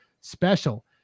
special